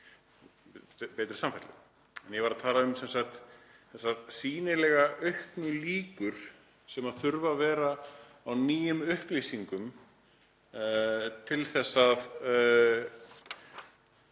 betri samfellu. Ég var að tala um þessar sýnilega auknu líkur sem þurfa að vera á nýjum upplýsingum til þess að